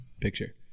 picture